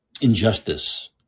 injustice